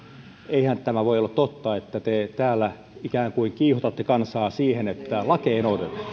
eihän tämä voi olla totta että te täällä ikään kuin kiihotatte kansaa siihen että lakeja ei noudateta